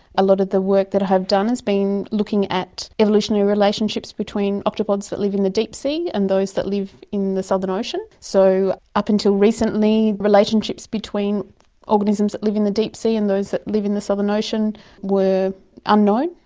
a lot of the work that i have done has been looking at evolutionary relationships between octopods that live in the deep sea and those that live in the southern ocean. so up until recently, relationships between organisms that live in the deep sea and those that live in the southern ocean were unknown,